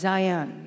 Zion